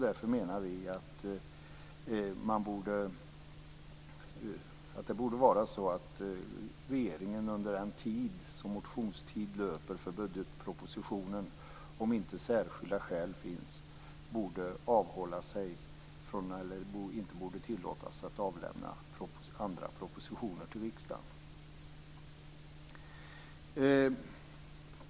Därför menar vi att regeringen under motionstiden för budgetpropositionen inte utan särskilda skäl borde tillåtas avlämna andra propositioner till riksdagen.